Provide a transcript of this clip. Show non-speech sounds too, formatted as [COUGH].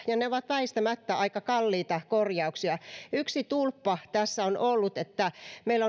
ja ne ovat väistämättä aika kalliita korjauksia yksi tulppa tässä on ollut että meillä [UNINTELLIGIBLE]